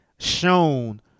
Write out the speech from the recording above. shown